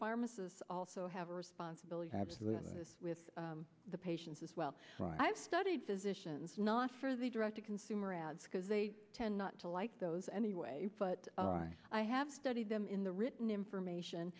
pharmacists also have a responsibility with the patients as well i've studied physicians not for the direct to consumer ads because they tend not to like those anyway but i have studied them in the written information